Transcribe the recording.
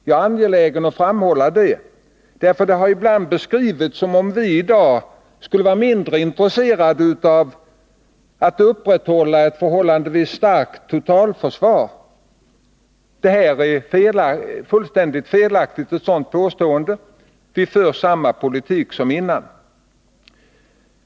Jag är angelägen om att framhålla det, eftersom det ibland har beskrivits som om vi i dag skulle vara mindre intresserade av att upprätthålla ett förhållandevis starkt totalförsvar. Ett sådant påstående är fullständigt felaktigt. Vi för samma politik som tidigare.